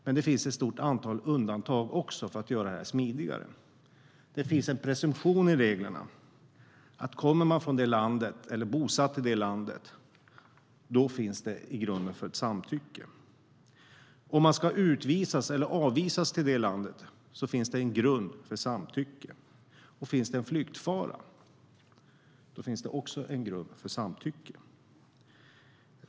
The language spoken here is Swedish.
Men det finns också ett stort antal undantag för att göra det hela smidigare. Det finns en presumtion i reglerna om att om man kommer från landet eller är bosatt i landet finns det grund för ett samtycke. Om man ska utvisas eller avvisas till landet finns det en grund för samtycke. Finns det en flyktfara finns det också en grund för samtycke.